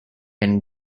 and